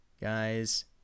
guys